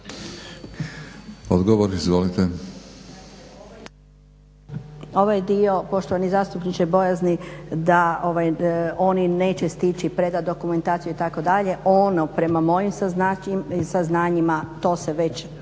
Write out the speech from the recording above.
Višnja (HSU)** Ovaj dio poštovani zastupniče bojazni da oni neće stići predati dokumentaciju itd. ono prema mojim saznanjima to se već